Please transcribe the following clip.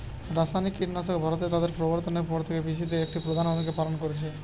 রাসায়নিক কীটনাশক ভারতে তাদের প্রবর্তনের পর থেকে কৃষিতে একটি প্রধান ভূমিকা পালন করেছে